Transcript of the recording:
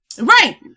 Right